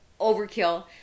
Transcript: overkill